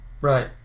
Right